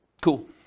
Cool